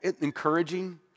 encouraging